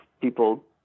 people